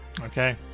okay